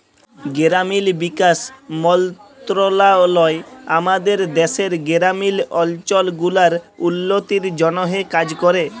গেরামিল বিকাশ মলত্রলালয় আমাদের দ্যাশের গেরামিল অলচল গুলার উল্ল্য তির জ্যনহে কাজ ক্যরে